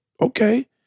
Okay